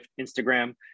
Instagram